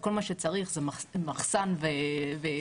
כל מה שצריך זה מחסן עם איוורור.